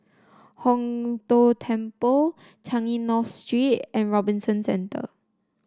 Hong Tho Temple Changi North Street and Robinson Centre